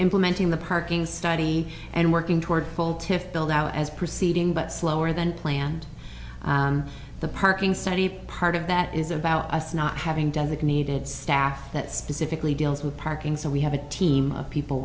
implementing the parking study and working toward full tift build out as proceeding but slower than planned the parking site a part of that is about us not having designated staff that specifically deals with parking so we have a team of people